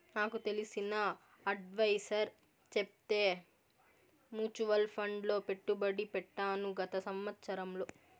నాకు తెలిసిన అడ్వైసర్ చెప్తే మూచువాల్ ఫండ్ లో పెట్టుబడి పెట్టాను గత సంవత్సరంలో